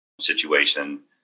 situation